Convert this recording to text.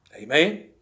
Amen